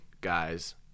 guys